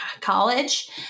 college